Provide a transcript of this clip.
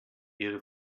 ihre